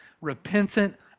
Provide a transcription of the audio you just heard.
repentant